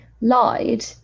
lied